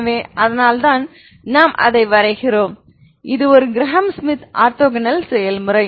எனவே அதனால்தான் நாம் அதை வரைகிறோம் இது ஒரு கிரஹாம் ஷ்மித் ஆர்த்தோகனல் செயல்முறை